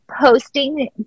posting